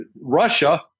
Russia